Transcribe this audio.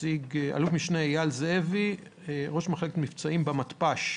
אל"מ אייל זאבי, ראש מחלקת מבצעים במתפ"ש,